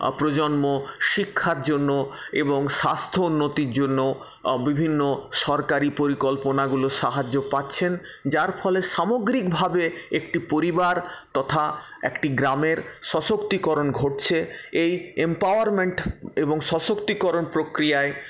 প্রজন্ম শিক্ষার জন্য এবং স্বাস্থ্য উন্নতির জন্য বিভিন্ন সরকারি পরিকল্পনাগুলোর সাহায্য পাচ্ছেন যার ফলে সামগ্রিকভাবে একটি পরিবার তথা একটি গ্রামের সশক্তিকরণ ঘটছে এই এমপাওয়ারমেন্ট এবং সশক্তিকরণ প্রক্রিয়ায়